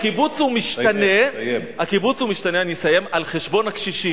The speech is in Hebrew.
הקיבוץ משתנה על חשבון הקשישים.